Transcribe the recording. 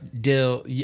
deal